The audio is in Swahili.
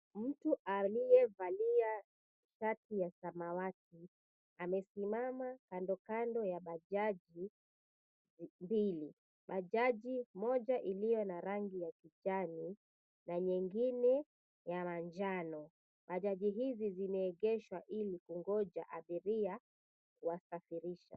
Mtu aliyevalia shati ya samawati amesimama kandokando ya bajaji moja iliyo na rangi ya kijani na nyingine ya manjano. Bajaji hizi zimeegeshwa ili kungoja abiria wasafirisha.